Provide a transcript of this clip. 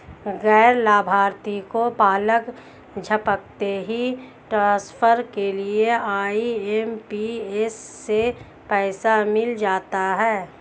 गैर लाभार्थी को पलक झपकते ही ट्रांसफर के लिए आई.एम.पी.एस से पैसा मिल जाता है